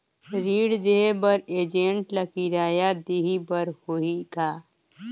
ऋण देहे बर एजेंट ला किराया देही बर होही का?